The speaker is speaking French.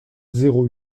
zéro